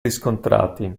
riscontrati